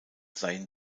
seien